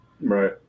Right